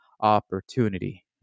opportunity